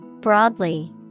Broadly